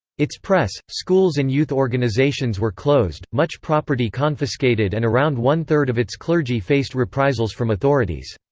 its press, schools and youth organisations were closed, much property confiscated and around one third of its clergy faced reprisals from authorities.